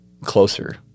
closer